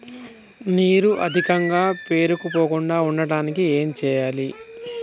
నీరు అధికంగా పేరుకుపోకుండా ఉండటానికి ఏం చేయాలి?